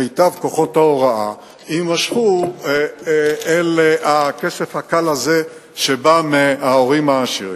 מיטב כוחות ההוראה יימשכו אל הכסף הקל הזה שבא מההורים העשירים.